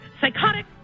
Psychotic